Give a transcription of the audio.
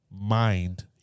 mind